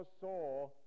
saw